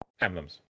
emblems